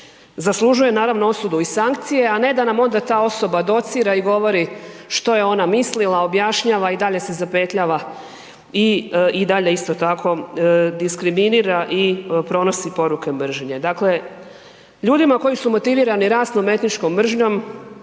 zaslužuje naravno osudu i sankcije a ne da nam onda ta osoba docira i govori što je ona mislila, objašnjava, i dalje se zapetljava i i dalje isto tako diskriminira i pronosi poruke mržnje. Dakle, ljudima koji su motivirani rasnom i etničkom mržnjom,